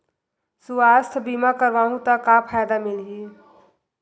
सुवास्थ बीमा करवाहू त का फ़ायदा मिलही?